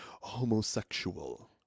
homosexual